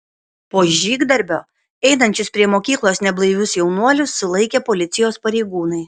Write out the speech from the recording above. po žygdarbio einančius prie mokyklos neblaivius jaunuolius sulaikė policijos pareigūnai